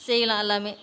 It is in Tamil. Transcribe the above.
செய்யலாம் எல்லாம்